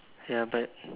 ya but